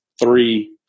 three